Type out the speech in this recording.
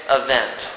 event